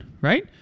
right